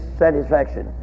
satisfaction